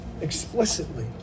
explicitly